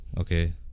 Okay